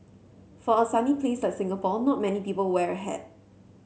for a sunny place like Singapore not many people wear a hat